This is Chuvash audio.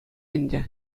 ӗнтӗ